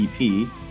EP